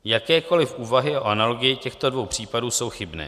Jakékoliv úvahy o analogii těchto dvou případů jsou chybné.